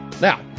Now